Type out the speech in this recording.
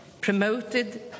promoted